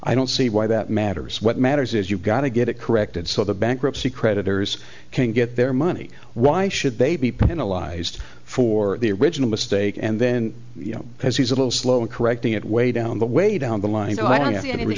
i don't see why that matters what matters is you've got to get it corrected so the bankruptcy creditors can get their money why should they be penalized for the original mistake and then you know because he's a little slow in correcting it way down the way to down the line